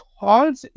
halls